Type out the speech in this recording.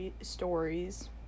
stories